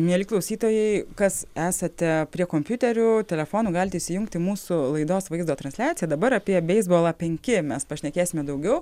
mieli klausytojai kas esate prie kompiuterių telefonų galite įsijungti mūsų laidos vaizdo transliaciją dabar apie beisbolą penki mes pašnekėsime daugiau